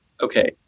okay